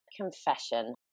confession